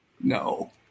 No